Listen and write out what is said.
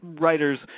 writers